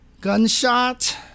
gunshot